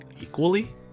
equally